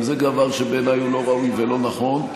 גם זה דבר שבעיניי הוא לא ראוי ולא נכון.